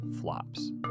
flops